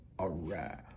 alright